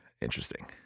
interesting